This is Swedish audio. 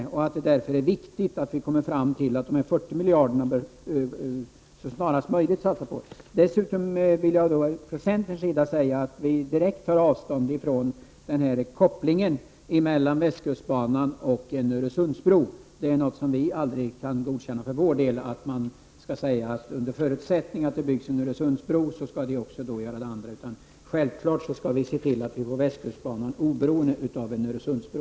Jag tycker därför att det är viktigt att vi kommer fram till att det snarast möjligt bör satsas 40 miljarder. Dessutom vill jag från centerns sida säga att vi tar avstånd från den koppling som Bo Nilsson gjorde mellan västkustbanan och en Öresundsbro. För vår del kan vi aldrig godkänna att man säger att under förutsättning att det byggs en Öresundsbro skall man också satsa på västkustbanan. Självfallet skall vi se till att vi får en satsning på västkustbanan oberoende av en Öresundsbro.